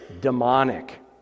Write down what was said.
demonic